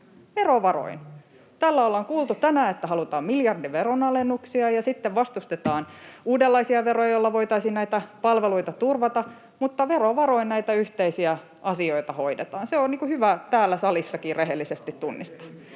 verovaroin. Täällä ollaan kuultu tänään, että halutaan miljardi veronalennuksia, ja sitten vastustetaan uudenlaisia veroja, joilla voitaisiin näitä palveluita turvata, mutta verovaroin näitä yhteisiä asioita hoidetaan, ja se on hyvä täällä salissakin rehellisesti tunnistaa.